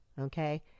okay